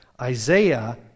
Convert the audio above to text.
Isaiah